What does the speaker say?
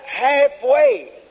halfway